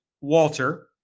Walter